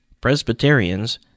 Presbyterians